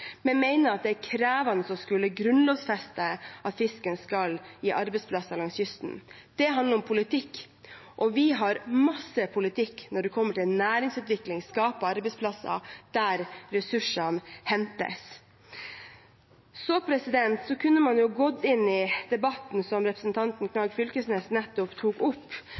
det er krevende å skulle grunnlovfeste at fisken skal gi arbeidsplasser langs kysten. Det handler om politikk, og vi har mye politikk når det gjelder næringsutvikling – skape arbeidsplasser der ressursene hentes. Man kunne gått inn i debatten som representanten Knag Fylkesnes nettopp tok opp,